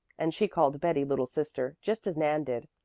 and she called betty little sister, just as nan did.